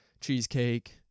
cheesecake